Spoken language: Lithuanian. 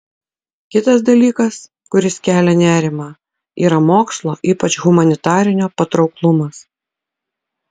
kitas dalykas kuris kelia nerimą yra mokslo ypač humanitarinio patrauklumas